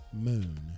Moon